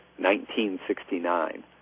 1969